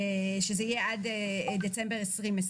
ורשויות עשירות,